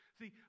see